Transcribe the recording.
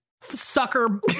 sucker